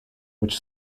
which